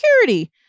security